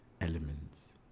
elements